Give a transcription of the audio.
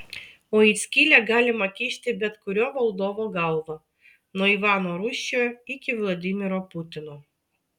o į skylę galima kišti bet kurio valdovo galvą nuo ivano rūsčiojo iki vladimiro putino